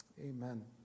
Amen